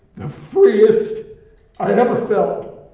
the freest i had ever felt.